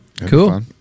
Cool